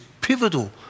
pivotal